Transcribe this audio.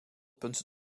punt